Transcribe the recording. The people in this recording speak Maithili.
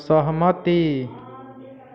सहमति